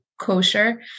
kosher